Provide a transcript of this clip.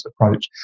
approach